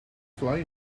fly